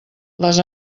les